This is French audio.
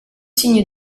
signe